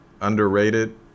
underrated